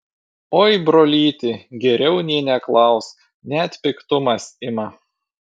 oi brolyti geriau nė neklausk net piktumas ima